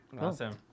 awesome